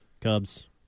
Cubs